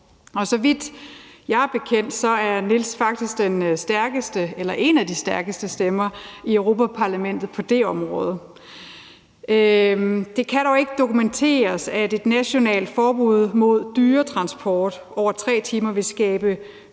så vidt jeg ved, er Niels Fuglsang faktisk en af de stærkeste stemmer i Europa-Parlamentet på det område. Det kan dog ikke dokumenteres, at et nationalt forbud mod dyretransporter på over 3 timer vil skabe dyrevelfærdsmæssige